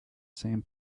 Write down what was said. same